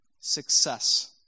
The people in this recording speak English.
success